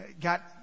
got